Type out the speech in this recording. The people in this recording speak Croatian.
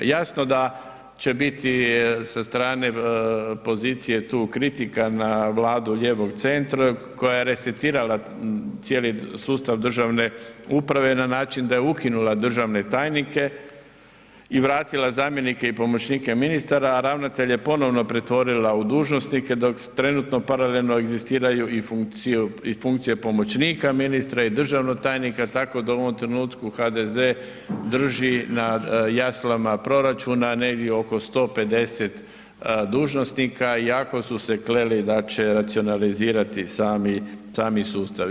Jasno da će biti sa strane pozicije tu kritika na vladu lijevog centra koja je resetirala cijeli sustav državne uprave na način da je ukinula državne tajnike i vratila zamjenike i pomoćnike ministara, a ravnatelje ponovo pretvorila u dužnosnike, dok trenutno paralelno egzistiraju i funkcije pomoćnika ministra i državnog tajnika, tako da u ovom trenutku HDZ drži na jaslama proračuna negdje oko 150 dužnosnika i ako su se kleli da će racionalizirati sami sustava.